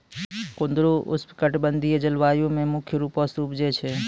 कुंदरु उष्णकटिबंधिय जलवायु मे मुख्य रूपो से उपजै छै